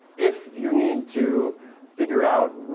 if you need to figure out